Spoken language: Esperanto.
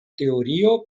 teorio